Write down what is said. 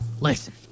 listen